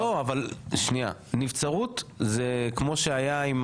לא אבל שנייה, נבצרות זה כמו שהיה עם